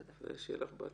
ושיהיה לך בהצלחה.